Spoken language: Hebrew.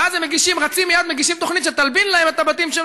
ואז הם רצים מייד ומגישים תוכנית שתלבין להם את הבתים.